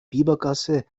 biebergasse